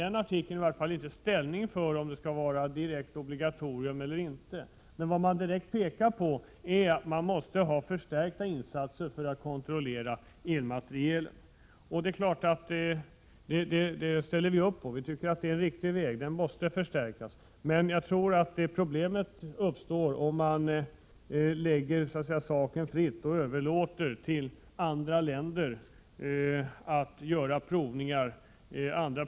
I artikeln tar man inte ställning till om det skall vara ett direkt obligatorium eller inte, men man pekar på att det behövs förstärkta insatser för att kontrollera elmateriel. Vpk anser att det är en riktig väg, men problem uppstår om vi i Sverige överlåter till andra länder att göra provningar.